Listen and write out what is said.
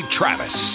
Travis